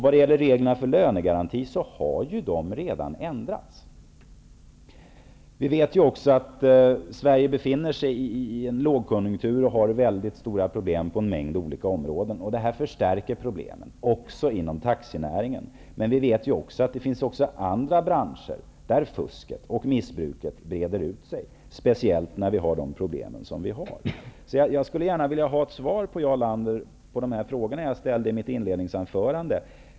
Vad gäller reglerna för lönegaranti vill jag peka på att dessa redan har ändrats. Sverige befinner sig i en lågkonjunktur och har stora problem på en mängd områden, vilket förstärker problemen också inom taxinäringen. Men det finns även andra branscher där fusk och missbruk breder ut sig mot bakgrund av de problem som vi har. Jag vill gärna ha ett svar från Jarl Lander på de frågor som jag ställde i mitt inledningsanförande.